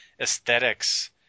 aesthetics –